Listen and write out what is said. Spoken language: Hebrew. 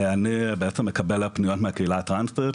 אני בעצם מקבל פניות מהקהילה הטרנסית.